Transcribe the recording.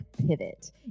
Pivot